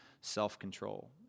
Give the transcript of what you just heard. self-control